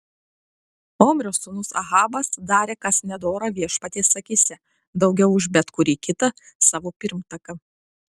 omrio sūnus ahabas darė kas nedora viešpaties akyse daugiau už bet kurį kitą savo pirmtaką